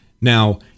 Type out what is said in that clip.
Now